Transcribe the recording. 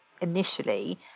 initially